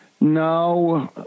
No